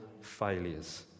failures